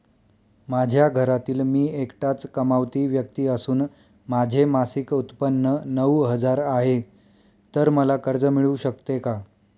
माझ्या घरातील मी एकटाच कमावती व्यक्ती असून माझे मासिक उत्त्पन्न नऊ हजार आहे, तर मला कर्ज मिळू शकते का?